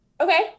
Okay